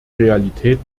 realität